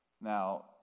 Now